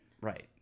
Right